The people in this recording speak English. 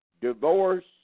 divorce